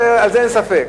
על זה אין ספק.